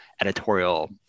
editorial